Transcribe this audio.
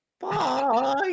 bye